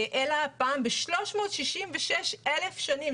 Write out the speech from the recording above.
אלא פעם ב-366,000 שנים,